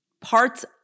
parts